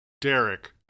Derek